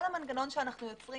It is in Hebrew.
כל המנגנון שאנחנו יוצרים,